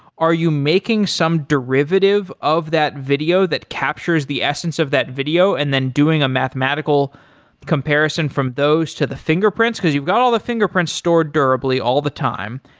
are you making some derivative of that video that captures the essence of that video and then doing a mathematical comparison from those to the finger prints because you've got all the finger prints stored durably all the time,